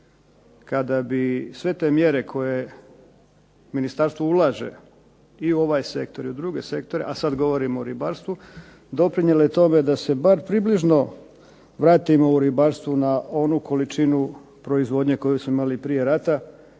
kada sve te mjere koje ministarstvo ulaže i u ovaj sektor i u druge sektore, a sad govorimo o ribarstvu doprinijele tome da se bar približno vratimo u ribarstvo na onu količinu proizvodnje koju smo imali prije rata,